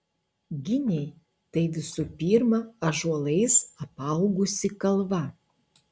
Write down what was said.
giniai tai visų pirma ąžuolais apaugusi kalva